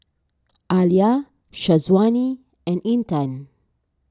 Alya Syazwani and Intan